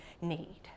need